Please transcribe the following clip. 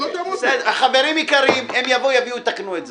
חברים, הם יבואו ויתקנו את זה.